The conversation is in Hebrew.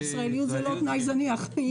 ישראליות זה לא תנאי זניח.